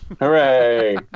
Hooray